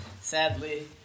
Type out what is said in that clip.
Sadly